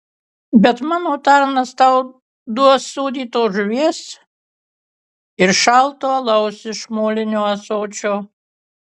bet mano tarnas tau duos sūdytos žuvies ir šalto alaus iš molinio ąsočio